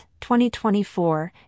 2024